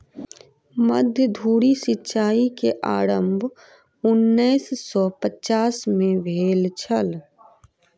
मध्य धुरी सिचाई के आरम्भ उन्नैस सौ पचास में भेल छल